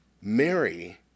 Mary